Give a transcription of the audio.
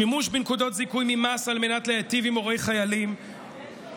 שימוש בנקודות זיכוי ממס על מנת להיטיב עם הורי חיילים הוא,